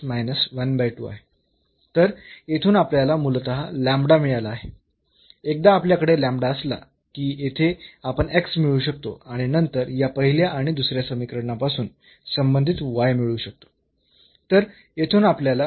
तर येथून आपल्याला मूलतः मिळाला आहे एकदा आपल्याकडे असला की येथे आपण मिळवू शकतो आणि नंतर या पहिल्या आणि दुसऱ्या समीकरणापासून संबंधित मिळवू शकतो